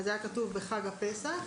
היה כתוב "בחג הפסח",